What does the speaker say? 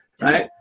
right